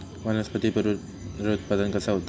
वनस्पतीत पुनरुत्पादन कसा होता?